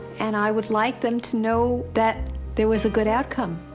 and i would like them to know that there was a good outcome.